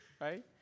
right